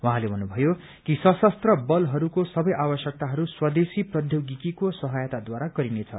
उहाँले भन्नुभयो कि सशस्त्र बलहरूको सबै आवश्यकताहरू स्वदेशी प्रौदोगिकीको सहायताद्वारा गरिनेछ